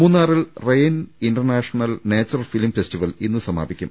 മൂന്നാറിൽ rain international nature film festival ഇന്ന് സമാപിക്കും